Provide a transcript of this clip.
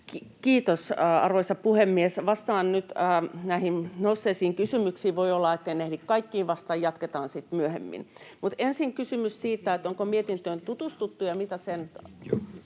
Kiitos, arvoisa puhemies! Vastaan nyt näihin nousseisiin kysymyksiin. Voi olla, etten ehdi kaikkiin vastata, mutta jatketaan sitten myöhemmin. Ensin kysymykseen siitä, että onko mietintöön tutustuttu ja mitä sen